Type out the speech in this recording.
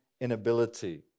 inability